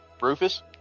Rufus